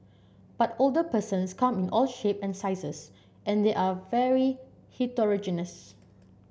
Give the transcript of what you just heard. but older persons come in all shape and sizes and they're very heterogeneous